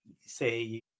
say